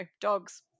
dogs